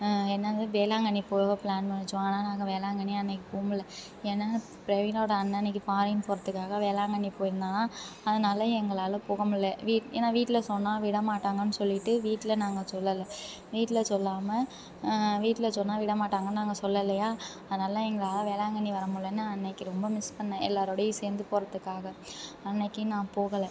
எல்லோரும் வேளாங்கண்ணி போக ப்ளான் பண்ணுச்சுவோ ஆனால் நாங்கள் வேளாங்கண்ணி அன்னைக்கு போக முடில ஏன்னா பிரவீனாவோடய அண்ணன் அன்னைக்கு ஃபாரின் போகிறதுக்காக வேளாங்கண்ணி போய்ருந்தானா அதனால் எங்களால் போக முடில வீட்ல ஏன்னா வீட்டில் சொன்னால் விட மாட்டாங்கன்னு சொல்லிவிட்டு வீட்டில் நாங்கள் சொல்லலை வீட்டில் சொல்லாமல் வீட்டில் சொன்னால் விட மாட்டாங்கன்னு நாங்கள் சொல்லலையா அதனால் எங்களால் வேளாங்கண்ணி வர முடிலேன்னு அன்னைக்கு ரொம்ப மிஸ் பண்ணேன் எல்லோரோடையும் சேர்ந்து போகிறதுக்காக அன்னைக்கு நான் போகலை